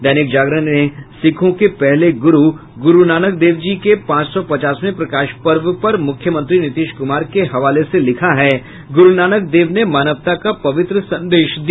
दैनिक जागरण ने सिखों के गुरू गुरूनानक जी देव के पांच सौ पचासवें प्रकाश पर्व पर मुख्यमंत्री नीतीश कुमार के हवाले से लिखा है गुरूनानक देव ने मानवता का पवित्र संदेश दिया